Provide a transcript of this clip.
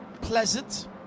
pleasant